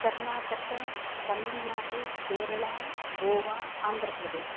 कर्नाटकः तमिल्नाडु केरला गोवा आन्ध्रप्रदेशः